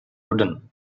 wooden